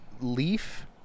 leaf